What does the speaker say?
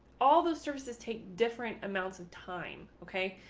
all those services take different amounts of time. ok,